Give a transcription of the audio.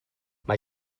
mae